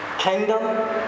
kingdom